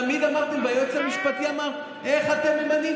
תמיד אמרתם והיועץ המשפטי אמר: איך אתם ממנים?